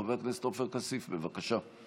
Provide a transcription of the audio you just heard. חבר הכנסת עופר כסיף, בבקשה.